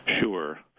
Sure